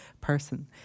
person